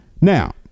now